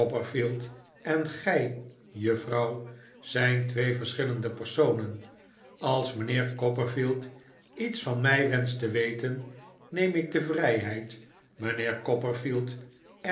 copperfield en gij juffrouw zijn twee verschillende personen als mijnheer copperfield iets van mij wenscht te weten neem ik de vrijheid mijnheer